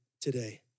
today